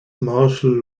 marshall